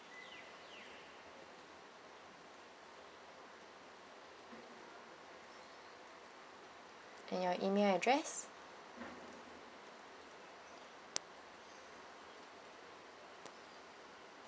and your email address